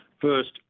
First